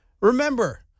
Remember